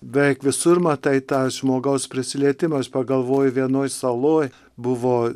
beveik visur matai tą žmogaus prisilietimą aš pagalvoju vienoj saloj buvo